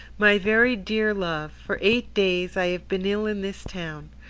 my very dear love, for eight days i been ill in this town.